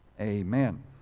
Amen